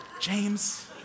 James